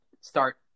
start